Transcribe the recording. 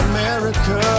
America